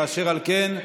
אשר על כן,